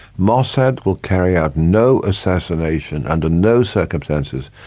mossad will carry out no assassination under no circumstances,